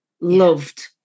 loved